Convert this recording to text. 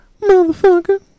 Motherfucker